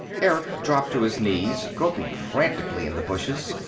erick dropped to his knees, groping frantically in the bushes.